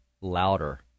louder